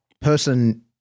person